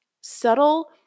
subtle